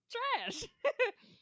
Trash